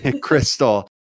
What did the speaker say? Crystal